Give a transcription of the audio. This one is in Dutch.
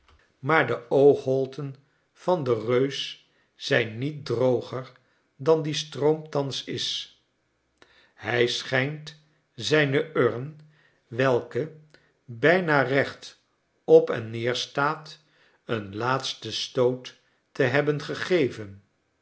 maar de oogholten van den reus zjn niet droger dan die stroom thans is hij schijnt zijne urn welke bijna recht op en neer staat een laatsten stoot te hebben gegeven